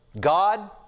God